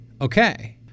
Okay